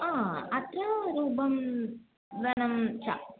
अत्र रूपं धनं च